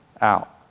out